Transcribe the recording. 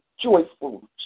joyful